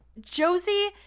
Josie